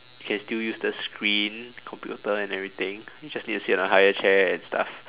can still use the screen computer and everything you just need to sit on a higher chair and stuff